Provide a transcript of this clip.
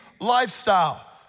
lifestyle